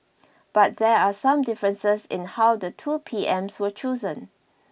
but there are some differences in how the two P Ms were chosen